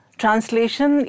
translation